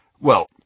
Well